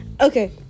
Okay